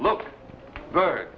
look good